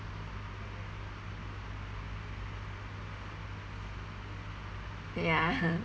ya